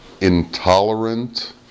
intolerant